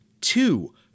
two